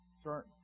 Start